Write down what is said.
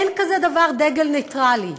אין כזה דבר דגל נייטרלי.